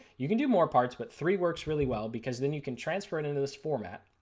you can do more parts but three works really well because then you can transfer it into this format.